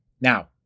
Now